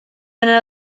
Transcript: yna